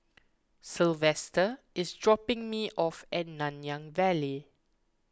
Sylvester is dropping me off at Nanyang Valley